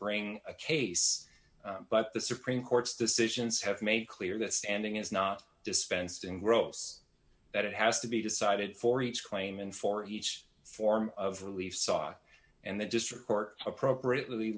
being a case but the supreme court's decisions have made it clear that standing is not dispensed in gross that it has to be decided for each claim and for each form of relief saw and the district court appropriately